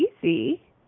easy